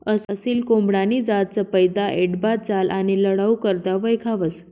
असील कोंबडानी जात चपयता, ऐटबाज चाल आणि लढाऊ करता वयखावंस